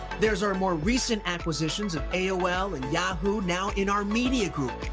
there's our more recent acquisitions of aol and yahoo now in our media group.